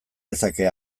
lezake